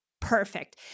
Perfect